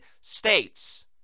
States